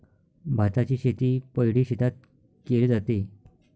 भाताची शेती पैडी शेतात केले जाते